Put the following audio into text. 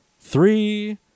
three